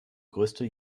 größte